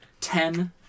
ten